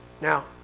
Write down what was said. Now